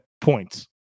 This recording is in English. points